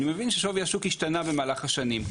אני מבין ששווי השוק השתנה במהלך השנים,